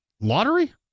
lottery